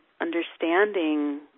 understanding